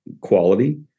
quality